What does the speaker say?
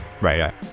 Right